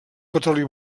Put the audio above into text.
petroli